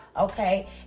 okay